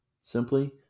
Simply